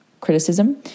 criticism